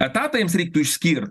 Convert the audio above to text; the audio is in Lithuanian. etatą jiems reiktų išskir